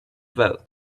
vote